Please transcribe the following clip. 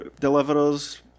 Deliverers